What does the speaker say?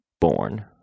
born